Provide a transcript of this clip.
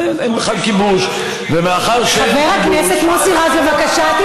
אותך, חבר הכנסת מוסי רז, בבקשה.